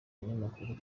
umunyamakuru